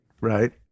Right